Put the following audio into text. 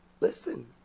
listen